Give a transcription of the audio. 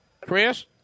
Chris